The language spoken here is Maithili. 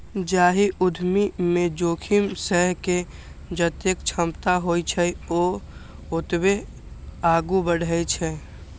जाहि उद्यमी मे जोखिम सहै के जतेक क्षमता होइ छै, ओ ओतबे आगू बढ़ै छै